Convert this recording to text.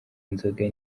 inzoga